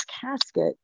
casket